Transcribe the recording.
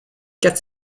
quatre